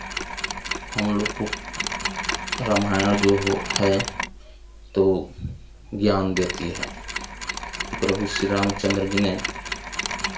हमलोग को रामायण जो है तो ज्ञान देती है प्रभु राम चंद्र जी ने